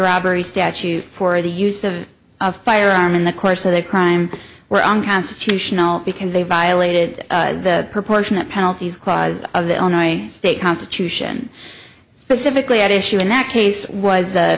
robbery statute for the use of a firearm in the course of a crime were unconstitutional because they violated the proportionate penalties clause of the all my state constitution specifically at issue in that case was a